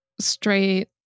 straight